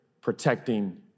protecting